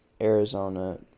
Arizona